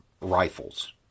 Rifles